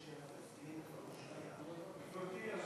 נחמן, דבר שעתיים, כי אין